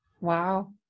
Wow